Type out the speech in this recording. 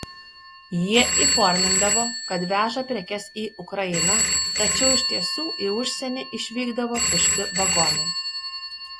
jie įformindavo kad veža prekes į ukrainą tačiau iš tiesų į užsienį išvykdavo tušti vagonai